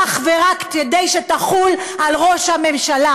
אך ורק כדי שתחול על הראש הממשלה.